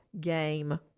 game